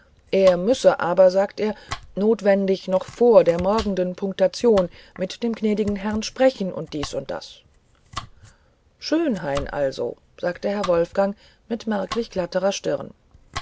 er müsse aber sagt er notwendig noch vor der morgenden punktation mit dem gnädigen herrn sprechen und dies und das schönhain also sagte herr wolfgang mit merklich glatterer stirn